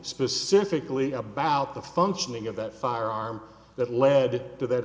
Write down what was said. specifically about the functioning of that firearm that led to that